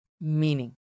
meaning